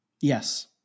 Yes